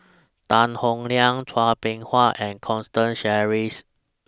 Tan Howe Liang Chua Beng Huat and Constance Sheares